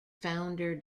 founder